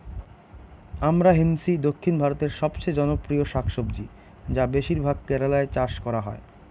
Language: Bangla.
আমরান্থেইসি দক্ষিণ ভারতের সবচেয়ে জনপ্রিয় শাকসবজি যা বেশিরভাগ কেরালায় চাষ করা হয়